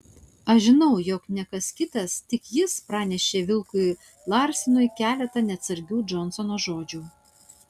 aš žinau jog ne kas kitas tik jis pranešė vilkui larsenui keletą neatsargių džonsono žodžių